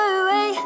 away